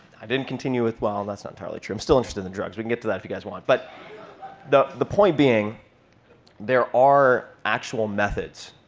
i didn't continue with well, that's not entirely true. i'm still interested in the drugs. we can get to that if you guys want. but the the point being there are actual methods,